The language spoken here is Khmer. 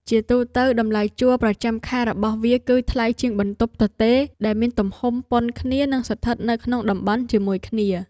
ជាទូទៅតម្លៃជួលប្រចាំខែរបស់វាគឺថ្លៃជាងបន្ទប់ទទេរដែលមានទំហំប៉ុនគ្នានិងស្ថិតនៅក្នុងតំបន់ជាមួយគ្នា។